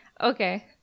okay